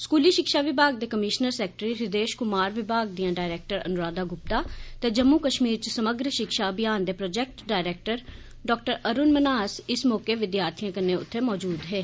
स्कूली षिक्षा विभाग दे कमीष्नर सैकटरी हृदेष कुमार विभाग दियां डायरेक्टर अनुराधा गुप्ता ते जम्मू कष्मीर च समग्र षिक्षा अभियान दे project director doctor Arun Manhas इस मौके विद्यार्थियें कन्नै उत्थैं मौजूद हे